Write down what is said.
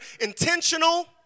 intentional